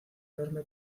enorme